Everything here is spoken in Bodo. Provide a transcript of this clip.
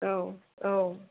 औ औ